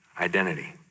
identity